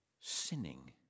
sinning